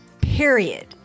period